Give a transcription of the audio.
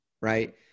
right